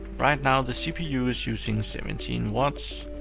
right now, the cpu is using seventeen watts,